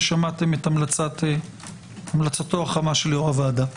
ושמעתם את המלצתו החמה של יו"ר הוועדה.